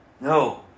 No